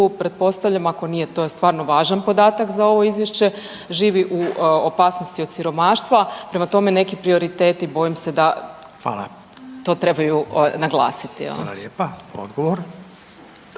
pretpostavljam, ako nije, to je stvarno važan podatak za ovo izvješće, živi u opasnosti od siromaštva, prema tome neki prioriteti bojim se da to trebaju naglasiti. **Radin, Furio